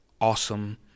awesome